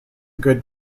good